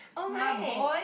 oh my